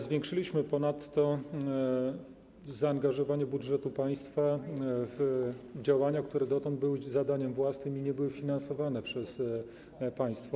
Zwiększyliśmy ponadto zaangażowanie budżetu państwa w działania, które dotąd były zadaniem własnym i nie były finansowane przez państwo.